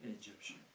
Egyptian